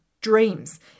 dreams